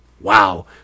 wow